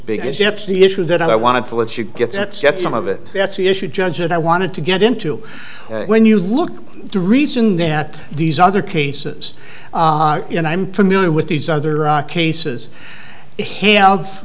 the issue that i wanted to let you gets at some of it that's the issue judge that i wanted to get into when you look the reason that these other cases and i'm familiar with these other cases have